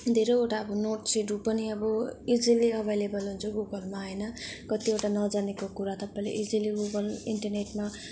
धेरैवटा नोट्सहरू पनि अब इजिली अभाइलेबल हुन्छ गुगलमा होइन कतिवटा नजानेको कुरा तपाईँले इजिली गुगल इन्टरनेटमा